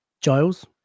Giles